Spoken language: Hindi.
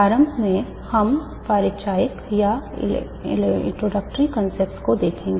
प्रारंभ में हम परिचयात्मक अवधारणाओं को देखेंगे